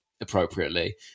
appropriately